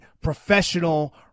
professional